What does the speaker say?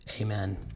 amen